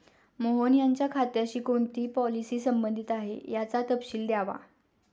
मोहन यांच्या खात्याशी कोणती पॉलिसी संबंधित आहे, याचा तपशील द्यावा